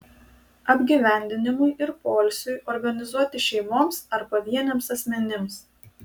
apgyvendinimui ir poilsiui organizuoti šeimoms ar pavieniams asmenims